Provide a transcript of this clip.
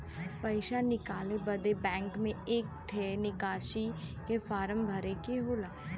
पइसा निकाले बदे बैंक मे एक ठे निकासी के फारम भरे के होला